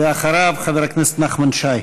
ואחריו, חבר הכנסת נחמן שי.